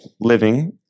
living